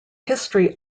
history